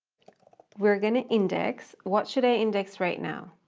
we're going to index. what should i index right now?